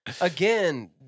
again